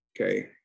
okay